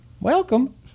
welcome